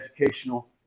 educational